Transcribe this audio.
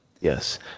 Yes